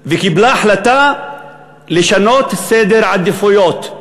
וקיבלה החלטה לשנות סדר עדיפויות.